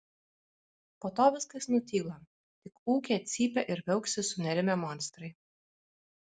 po to viskas nutyla tik ūkia cypia ir viauksi sunerimę monstrai